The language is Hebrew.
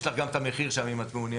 יש לך גם את המחיר שם אם את מעוניינת.